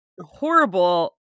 horrible